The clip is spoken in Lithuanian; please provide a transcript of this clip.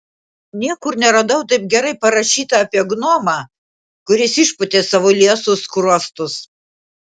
niekur neradau taip gerai parašyta apie gnomą kuris išpūtė savo liesus skruostus